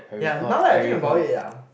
ya now that I think about it lah